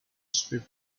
strip